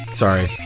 Sorry